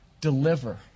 deliver